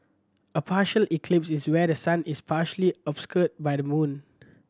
a partial eclipse is where the sun is partially obscured by the moon